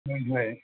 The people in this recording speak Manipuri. ꯍꯣꯏ ꯍꯣꯏ